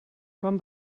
quan